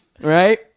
right